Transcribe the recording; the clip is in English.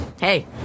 Hey